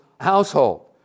household